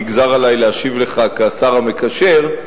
נגזר עלי להשיב לך כשר המקשר: